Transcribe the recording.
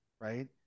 right